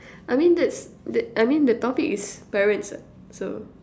I mean that's the I mean the topic is parents what so